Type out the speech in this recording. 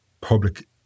public